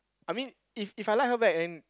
I mean if if I like her back then